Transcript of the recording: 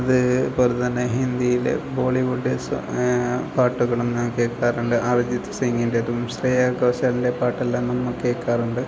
അതുപോലെ തന്നെ ഹിന്ദിയിലെ ബോളിവുഡ് സോ പാട്ടുകളും ഞാൻ കേൾക്കാറുണ്ട് അരിജിത്ത് സിംഗിൻ്റെതും ശ്രേയ ഘോഷാലിൻറ്റെയും പാട്ടെല്ലാം നമ്മൾ കേൾക്കാറുണ്ട്